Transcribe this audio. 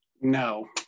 No